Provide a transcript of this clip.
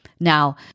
Now